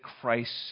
Christ